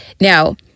Now